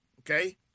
Okay